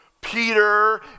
Peter